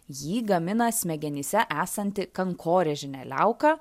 jį gamina smegenyse esanti kankorėžinė liauka